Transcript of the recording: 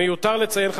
מיותר לציין,